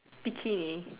bikini